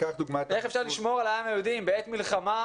איך אפשר לשמור על העם היהודי אם בעת מלחמה,